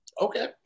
Okay